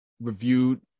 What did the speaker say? reviewed